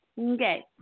Okay